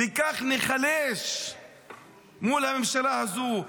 וכך ניחלש מול הממשלה הזו,